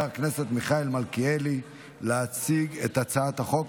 הכנסת מיכאל מלכיאלי להציג את הצעת החוק.